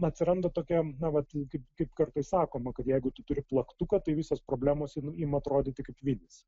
atsiranda tokia na vat kaip kaip kartais sakoma kad jeigu tu turi plaktuką tai visos problemos ima atrodyti kaip vynys